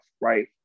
right